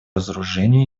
разоружению